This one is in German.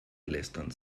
lästern